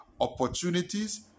opportunities